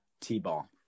T-ball